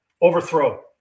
Overthrow